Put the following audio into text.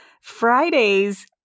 Friday's